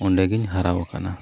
ᱚᱸᱰᱮ ᱜᱮᱧ ᱦᱟᱨᱟ ᱟᱠᱟᱱᱟ